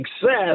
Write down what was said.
success